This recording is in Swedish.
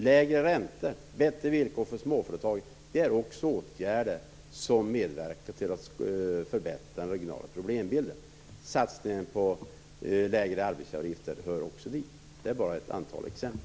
Lägre räntor och bättre villkor för småföretagen är andra åtgärder som medverkar till att den regionala problembilden förbättras. Satsningen på lägre arbetsgivaravgifter hör också dit. Det här är bara några exempel.